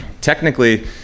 technically